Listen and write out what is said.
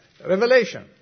Revelation